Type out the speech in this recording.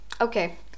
Okay